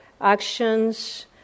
actions